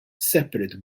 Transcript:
separate